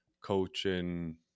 coaching